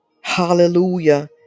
hallelujah